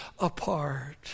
apart